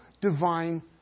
divine